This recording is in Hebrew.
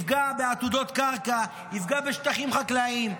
תפגע בעתודות קרקע, תפגע בשטחים חקלאיים.